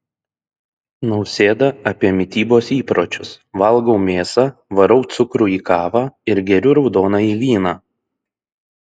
nausėda apie mitybos įpročius valgau mėsą varau cukrų į kavą ir geriu raudonąjį vyną